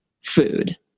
food